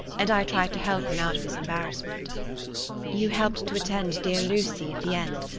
and i tried to help him out of his embarrassment you helped to attend dear lucy at the end.